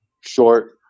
short